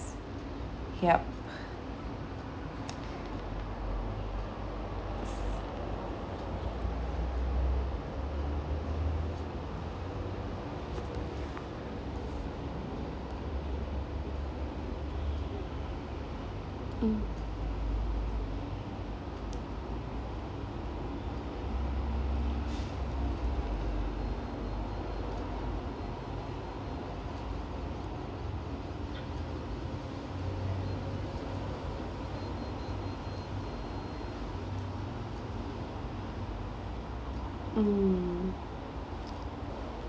yup mm mm